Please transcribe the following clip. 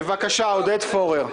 בבקשה, עודד פורר.